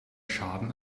schaden